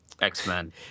X-Men